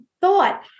thought